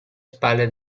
spalle